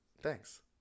Thanks